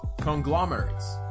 conglomerates